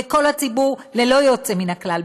לכל הציבור, ללא יוצא מן הכלל.